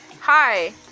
Hi